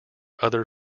other